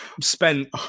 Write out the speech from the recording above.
spent